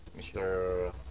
Mr